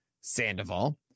sandoval